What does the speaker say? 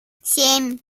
семь